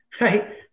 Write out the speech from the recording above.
right